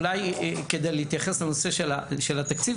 אולי כדי להתייחס לנושא של התקציב,